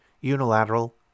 Unilateral